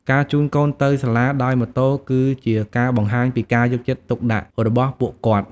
ការជូនកូនទៅសាលាដោយម៉ូតូគឺជាការបង្ហាញពីការយកចិត្តទុកដាក់របស់ពួកគាត់។